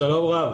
שלום רב.